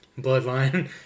bloodline